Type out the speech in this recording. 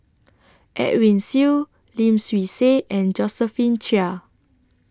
Edwin Siew Lim Swee Say and Josephine Chia